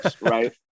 right